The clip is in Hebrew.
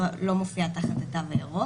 לא מופיעה תחת התו הירוק.